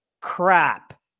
crap